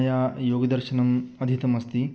मया योगदर्शनम् अधितमस्ति